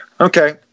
Okay